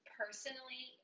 personally